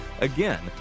Again